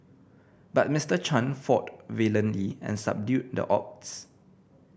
but Mister Chan fought valiantly and subdued the odds